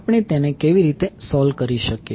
આપણે તેને કેવી રીતે સોલ્વ કરી શકીએ